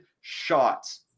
shots